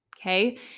okay